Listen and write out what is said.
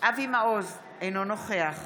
אבי מעוז, אינו נוכח